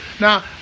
Now